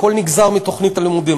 הכול נגזר מתוכנית הלימודים.